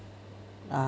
uh